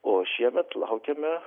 o šiemet laukiame